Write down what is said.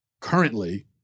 currently